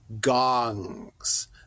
gongs